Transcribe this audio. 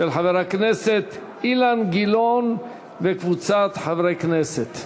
של חבר הכנסת אילן גילאון וקבוצת חברי הכנסת.